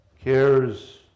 cares